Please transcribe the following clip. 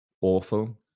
Awful